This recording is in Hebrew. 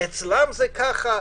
"אצלם זה ככה",